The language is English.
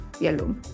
yellow